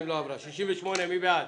הצבעה בעד,